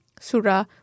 Surah